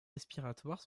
respiratoires